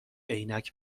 عینک